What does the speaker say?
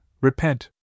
repent